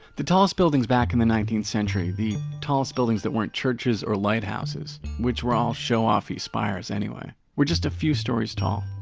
the tallest buildings back in the nineteenth century, the tallest buildings that weren't churches or lighthouses, which were all show off-y spires anyway, were just a few stories tall.